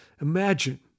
Imagine